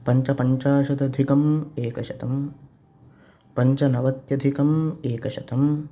पञ्चपञ्चाशतधिकम् एकशतम् पञ्चनवत्यधिकम् एकशतम्